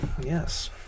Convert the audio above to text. yes